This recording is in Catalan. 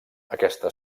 aquesta